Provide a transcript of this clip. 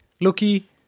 looky